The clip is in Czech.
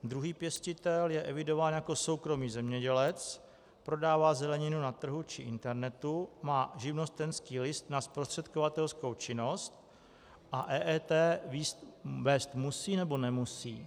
Druhý pěstitel je evidován jako soukromý zemědělec, prodává zeleninu na trhu či internetu, má živnostenský list na zprostředkovatelskou činnost a EET vést musí, nebo nemusí?